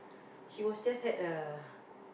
she was just at a